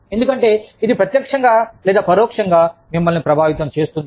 ఎందుకంటే ఇది ప్రత్యక్షంగా లేదా పరోక్షంగా మిమ్మల్ని ప్రభావితం చేస్తుంది